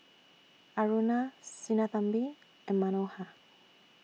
Aruna Sinnathamby and Manohar